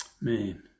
Man